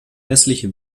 hässliche